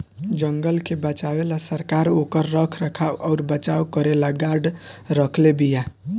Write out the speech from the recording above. जंगल के बचावे ला सरकार ओकर रख रखाव अउर बचाव करेला गार्ड रखले बिया